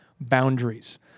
boundaries